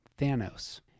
Thanos